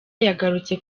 yagarutse